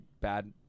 bad